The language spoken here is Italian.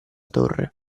torre